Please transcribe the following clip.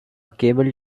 cable